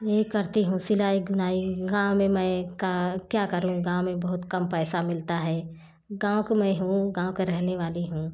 यही करती हूँ सिलाई बुनाई गाँव में मैं क क्या करूँ गाँव में बहुत कम पैसा मिलता है गाँव की मैं हूँ गाँव की रहने वाली हूँ